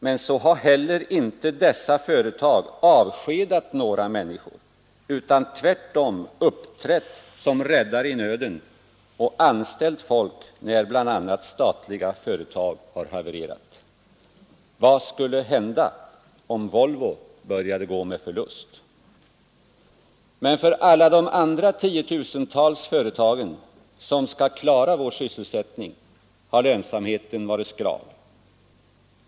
Men så har inte heller dessa företag avskedat några människor utan tvärtom uppträtt som räddare i nöden och anställt folk när bl.a. statliga företag har havererat. Vad skulle hända om Volvo började gå med förlust? Men för alla de andra tiotusentals företag som skall klara vår sysselsättning har lönsamheten varit skral.